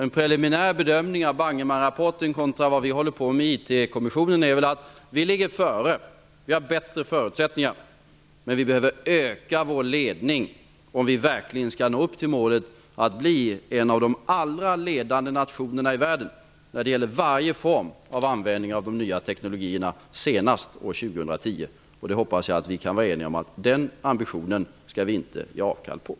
En preliminär bedöming av Bangemannrapportern kontra vad vi håller på med i IT-kommissionen är att vi ligger före. Vi har bättre förutsättningar, men vi behöver öka vår ledning om vi verkligen skall nå upp till målet att bli en av de ledande nationerna i världen när det gäller varje form av användning av de nya teknologierna senast år 2010. Jag hoppas att vi kan vara eniga om att inte ge avkall på den ambitionen.